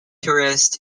tourist